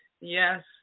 Yes